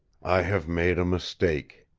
i have made a mistake,